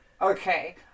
Okay